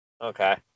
Okay